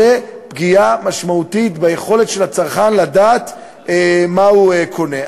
זו פגיעה משמעותית ביכולת של הצרכן לדעת מה הוא קונה.